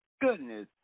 goodness